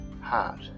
heart